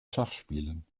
schachspielen